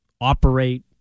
operate